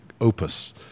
opus